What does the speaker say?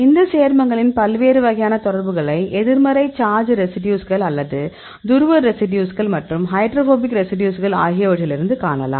இந்த சேர்மங்களின் பல்வேறு வகையான தொடர்புகளை எதிர்மறை சார்ஜ் ரெசிடியூஸ்கள் அல்லது துருவ ரெசிடியூஸ்கள் மற்றும் ஹைட்ரோபோபிக் ரெசிடியூஸ்கள் ஆகியவற்றிலிருந்து காணலாம்